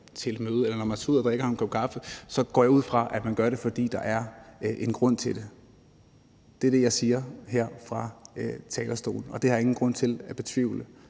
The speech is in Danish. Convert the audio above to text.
til et møde, eller når man tager ud og drikker en kop kaffe, så går jeg ud fra, at man gør det, fordi der er en grund til det. Det er det, jeg siger her fra talerstolen. Og det har jeg ingen grund til at betvivle